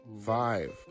Five